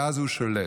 ואז הוא שולט.